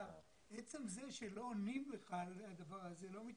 עצם זה שלא עונים לך על הדבר הזה, לא מתייחסים.